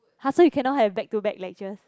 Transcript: !huh! so you cannot have back to back lectures